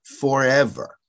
forever